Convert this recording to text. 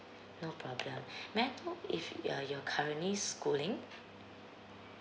no problem may I know if you're you're currently schooling